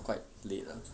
quite late lah